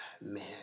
Man